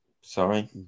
sorry